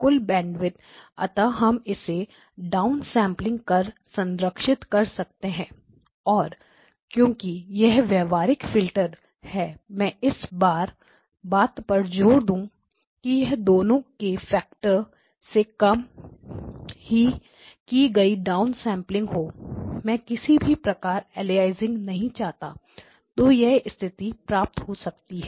कुल बैंडविथ अतः हम इसे डाउनसेंपल कर संरक्षित कर सकते हैं और क्योंकि यह व्यवहारिक फिल्टर है मैं इस बार बात पर जोर दूं कि यह दोनों दो के फैक्टर factor of 2 से कम ही की गई डाउनसेंपलिंग हो मैं किसी भी प्रकार अलियासिंग नहीं चाहता तो यह स्थिति प्राप्त हो सकती है